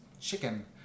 chicken